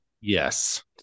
Yes